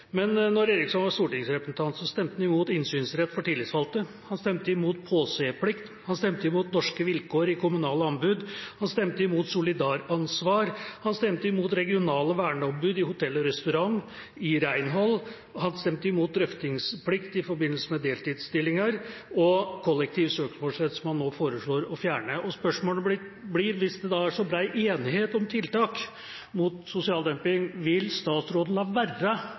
Men da Eriksson var stortingsrepresentant, stemte han imot innsynsrett for tillitsvalgte, han stemte imot påseplikt, han stemte imot norske vilkår i kommunale anbud, han stemte imot solidaransvar, han stemte imot regionale verneombud i hotell- og restaurantbransjen, i renholdsbransjen, og han stemte imot drøftingsplikt i forbindelse med deltidsstillinger og kollektiv søksmålsrett, som han nå foreslår å fjerne. Spørsmålet mitt blir: Hvis det er så bred enighet om tiltak mot sosial dumping, vil statsråden la